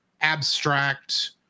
abstract